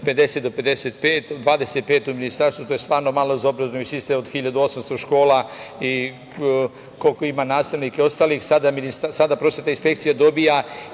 50 do 55, u ministarstvu 25, to je stvarno malo za obrazovni sistem od 1.800 škola i koliko ima nastavnika i ostalih. Sada prosvetna inspekcija dobija